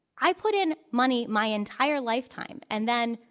i put in money my entire lifetime, and then,